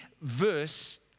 verse